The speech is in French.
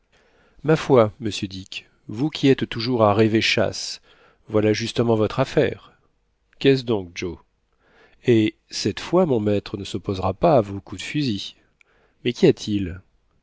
la foi monsieur dick vous qui êtes toujours à rêver chasse voilà justement votre affaire qu'est-ce donc joe et cette fois mon maître ne s'opposera pas à vos coups de fusil mais qu'y a-t-il